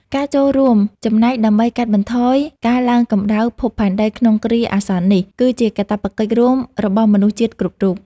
ការចូលរួមចំណែកដើម្បីកាត់បន្ថយការឡើងកម្ដៅភពផែនដីក្នុងគ្រាអាសន្ននេះ គឺជាកាតព្វកិច្ចរួមរបស់មនុស្សជាតិគ្រប់រូប។